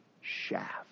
shaft